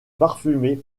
parfumée